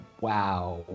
wow